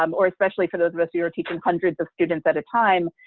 um or especially for those of us who are teaching hundreds of students at a time,